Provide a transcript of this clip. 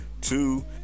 Two